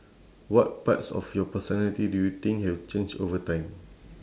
what parts of your personality do you think have changed over time